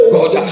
God